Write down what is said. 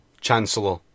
chancellor